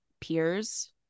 peers